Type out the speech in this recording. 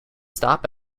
stop